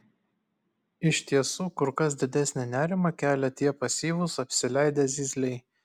iš tiesų kur kas didesnį nerimą kelia tie pasyvūs apsileidę zyzliai